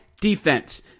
defense